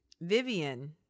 Vivian